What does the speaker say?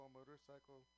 Motorcycle